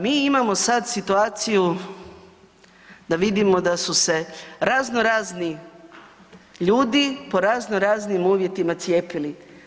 Mi imamo sad situaciju da vidimo da su se razno razni ljudi po razno raznim uvjetima cijepili.